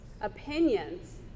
Opinions